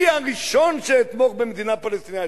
אני הראשון שאתמוך במדינה פלסטינית.